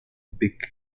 big